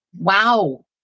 Wow